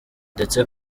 ndetse